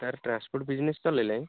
ତା'ର୍ transport business ଚଲେଇଲାଣି